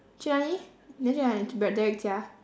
去哪里你要去哪里 derrick 家